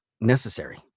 necessary